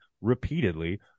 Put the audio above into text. repeatedly